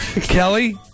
Kelly